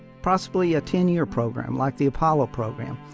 possibly a ten-year program, like the apollo program,